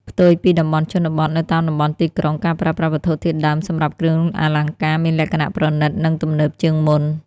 ផ្ទុយពីតំបន់ជនបទ នៅតាមតំបន់ទីក្រុង ការប្រើប្រាស់វត្ថុធាតុដើមសម្រាប់គ្រឿងអលង្ការមានលក្ខណៈប្រណិត និងទំនើបជាងមុន។